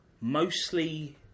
Mostly